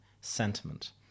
sentiment